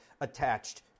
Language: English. attached